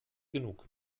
genug